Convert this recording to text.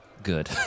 good